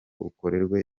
ukorerwe